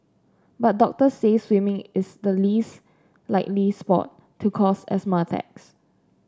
but doctors say swimming is the least likely sport to cause asthma attacks